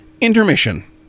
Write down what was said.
intermission